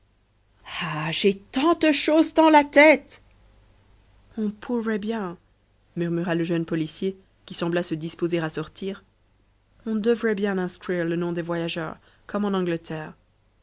ah j'ai tant de choses dans la tête on pourrait bien murmura le jeune policier qui sembla se disposer à sortir on devrait bien inscrire le nom des voyageurs comme en angleterre